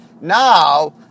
Now